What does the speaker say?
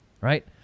right